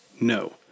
No